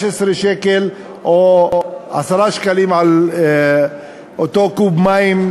שקלים או 10 שקלים על אותו קוב מים,